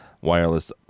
wireless